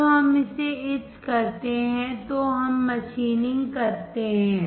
जब हम इसे इच करते हैं तो हम मशीनिंगकरते हैं